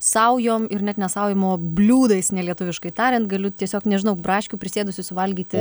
saujom ir net ne saujom o bliūdais nelietuviškai tariant galiu tiesiog nežinau braškių prisėdusi suvalgyti